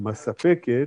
מספקת